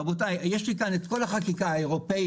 רבותיי, יש לי כאן כל החקיקה האירופית